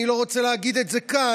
אני לא רוצה להגיד את זה כאן,